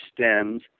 stems